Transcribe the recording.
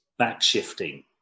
backshifting